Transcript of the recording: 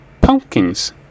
pumpkins